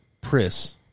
Pris